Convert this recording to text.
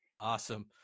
Awesome